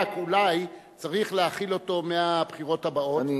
רק אולי צריך להחיל אותו מהבחירות הבאות,